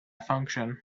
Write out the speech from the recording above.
function